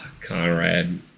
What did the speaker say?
Conrad